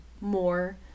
more